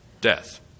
Death